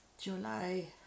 July